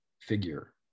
figure